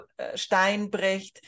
steinbrecht